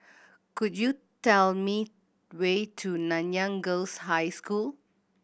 could you tell me way to Nanyang Girls' High School